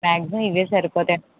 maximum ఇవి సరిపోతాయి